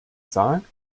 sagt